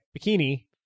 bikini